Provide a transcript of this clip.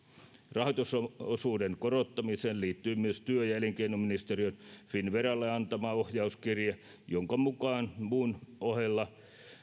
rahoitusosuuden korottamiseen liittyy myös työ ja elinkeinoministeriön finnveralle antama ohjauskirje jonka mukaan muun ohella